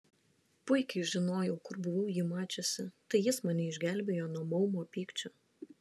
puikiai žinojau kur buvau jį mačiusi tai jis mane išgelbėjo nuo maumo pykčio